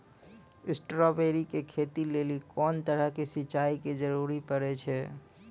Strawberry के खेती लेली कोंन तरह के सिंचाई के जरूरी पड़े छै?